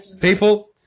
people